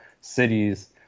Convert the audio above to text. cities